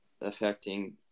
affecting